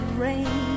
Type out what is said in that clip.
rain